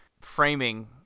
framing